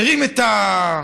הרים את,